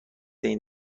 این